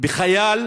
בחייל